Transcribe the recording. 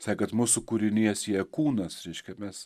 saket mūsų kūriniją sieja kūnas reiškia mes